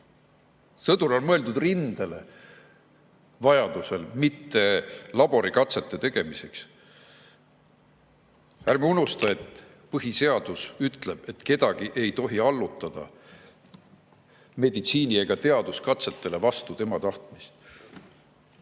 Sõdur on mõeldud rindele, vajaduse korral, mitte laborikatsete tegemiseks. Ärme unusta, et põhiseadus ütleb, et kedagi ei tohi allutada meditsiini‑ ega teaduskatsetele vastu tema tahtmist.